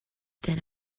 then